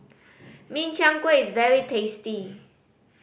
Min Chiang Kueh is very tasty